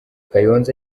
kayonza